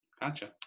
Gotcha